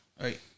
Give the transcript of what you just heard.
Right